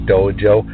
Dojo